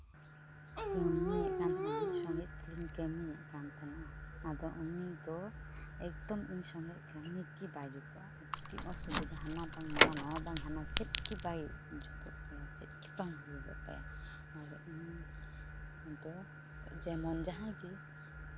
ᱠᱟᱹᱢᱤᱭᱮᱫ ᱠᱟᱱ ᱛᱟᱦᱮᱱᱟ ᱢᱤᱫ ᱥᱚᱸᱜᱮ ᱛᱮᱞᱤᱧ ᱠᱟᱹᱢᱤᱭᱮᱫ ᱠᱟᱱ ᱛᱟᱦᱮᱱᱚᱜᱼᱟ ᱟᱫᱚ ᱩᱱᱤ ᱫᱚ ᱮᱠᱫᱚᱢ ᱤᱧ ᱥᱚᱸᱜᱮ ᱠᱟᱹᱢᱤ ᱜᱮ ᱵᱟᱭ ᱡᱩᱛᱩᱜᱼᱟ ᱟᱹᱰᱤ ᱚᱥᱩᱵᱤᱫᱷᱟ ᱦᱟᱱᱟ ᱫᱚ ᱵᱟᱝ ᱱᱱᱣᱟ ᱱᱚᱣᱟ ᱫᱚ ᱵᱟᱝ ᱦᱟᱱᱟ ᱪᱮᱫ ᱜᱮ ᱵᱟᱭ ᱡᱩᱛᱩᱜ ᱛᱟᱹᱞᱤᱧᱟ ᱪᱮᱫ ᱜᱮ ᱵᱟᱝ ᱦᱩᱭᱩᱜᱚᱜ ᱛᱟᱭᱟ ᱟᱫᱚ ᱤᱧ ᱫᱚ ᱡᱮᱢᱚᱱ ᱡᱟᱦᱟᱸᱭ ᱜᱮ